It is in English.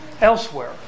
elsewhere